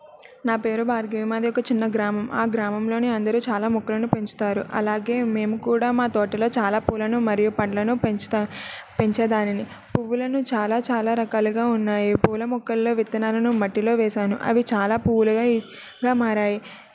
నా పేరు భార్గవి మాది ఒక చిన్న గ్రామం ఆ గ్రామంలోని అందరూ చాలా మొక్కలను పెంచుతారు అలాగే మేము కూడా మా తోటలో చాలా పూలను మరియు పండ్లను పెంచుతాను పెంచేదానిని పువ్వులను చాలా చాలా రకాలుగా ఉన్నాయి పూల మొక్కలలో విత్తనాలను మట్టిలో వేసాను అవి చాలా పువ్వులుగా గా మారాయి